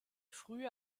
frühe